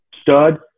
Stud